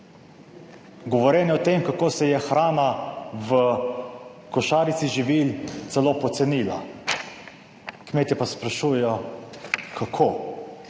govorjenje o tem, kako se je hrana v košarici živil celo pocenila, kmetje pa se sprašujejo, kako